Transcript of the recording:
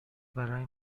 برای